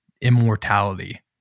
immortality